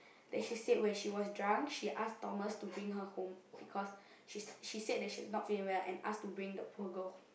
then she said when she was drunk she asked Thomas to bring her home because she she said that she is not feeling well and asked to bring the poor girl